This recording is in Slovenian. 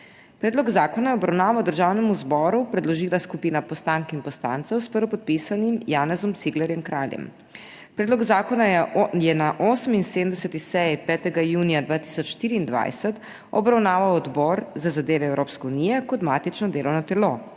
Predlog zakona je v obravnavo Državnemu zboru predložila skupina poslank in poslancev s prvopodpisanim Janezom Ciglerjem Kraljem. Predlog zakona je na 78. seji 5. junija 2024 obravnaval Odbor za zadeve Evropske unije kot matično delovno telo.